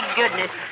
goodness